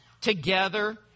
together